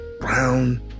brown